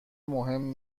مهم